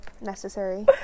necessary